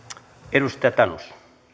arvoisa herra puhemies tämä